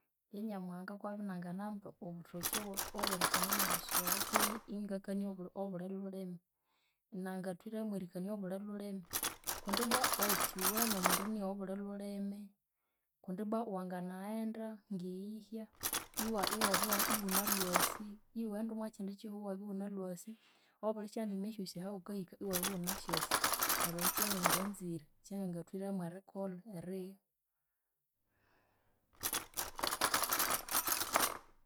Ya Nyamuhanga kw'abya inanganamba obuthoki obo obw'erikania n'ebisoro kwehi ingakania obu obuli lhulimi, nangathwiremo erikania obuli lhulimi, kundi ibbwa o kyuwene omundu enigha obuli lhulimi kundi ibbwa wanganaghenda ng'eyihya iwa- iwabya iwunalwasi iwaghenda omwa kindi kihugho iwabya iwunalhwasi obuli syandime esyosi ahosi ahawukahika iwabya iwunasyasi, neryo ekyo kyanganganzire, kyangangathwiremo erikolha, erigha.